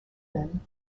then